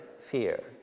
fear